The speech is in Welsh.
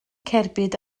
cerbyd